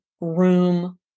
room